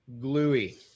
gluey